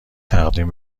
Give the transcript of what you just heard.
تقدیم